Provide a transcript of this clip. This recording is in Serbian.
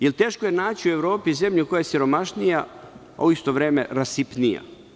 Jer, teško je naći u Evropi zemlju koja je siromašnija, a u isto vreme rasipnija.